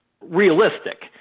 realistic